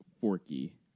Forky